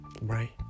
right